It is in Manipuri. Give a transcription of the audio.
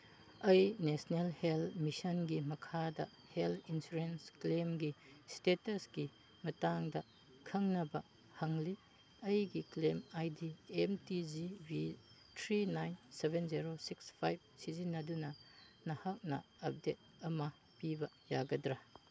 ꯑꯩ ꯅꯦꯁꯅꯦꯜ ꯍꯦꯜꯠ ꯃꯤꯁꯟꯒꯤ ꯃꯈꯥꯗ ꯍꯦꯜꯠ ꯏꯟꯁꯨꯔꯦꯟꯁ ꯀ꯭ꯂꯦꯝꯒꯤ ꯏꯁꯇꯦꯇꯁꯀꯤ ꯃꯇꯥꯡꯗ ꯈꯪꯅꯕ ꯍꯪꯂꯤ ꯑꯩꯒꯤ claim I D M T G V three nine seven zero six five ꯁꯤꯖꯤꯟꯅꯗꯨꯅ ꯅꯍꯥꯛꯅ ꯑꯞꯗꯦꯠ ꯑꯃ ꯄꯤꯕ ꯌꯥꯒꯗ꯭ꯔꯥ